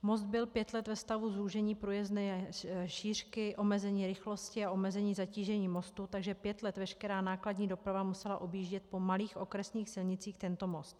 Most byl pět let ve stavu zúžení průjezdné šířky, omezení rychlosti a omezení zatížení mostu, takže pět let veškerá nákladní doprava musela objíždět po malých okresních silnicích tento most.